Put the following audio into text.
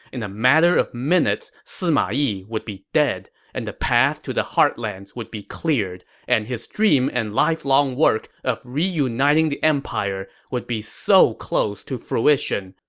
in a matter of minutes, sima yi would be dead, and the path to the heartlands would be cleared, and his dream and lifelong work of reuniting the empire would be so close to fruition.